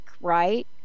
right